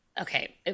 okay